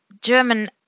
german